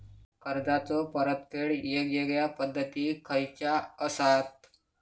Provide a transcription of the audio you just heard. कर्जाचो परतफेड येगयेगल्या पद्धती खयच्या असात?